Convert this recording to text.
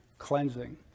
Cleansing